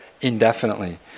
indefinitely